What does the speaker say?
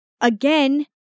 again